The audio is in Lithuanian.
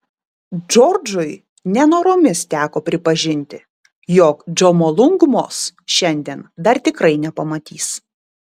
džordžui nenoromis teko pripažinti jog džomolungmos šiandien dar tikrai nepamatys